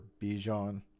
Bijan